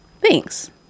Thanks